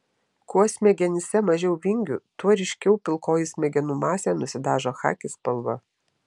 kuo smegenyse mažiau vingių tuo ryškiau pilkoji smegenų masė nusidažo chaki spalva